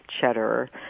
cheddar